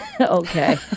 Okay